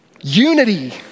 unity